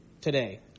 today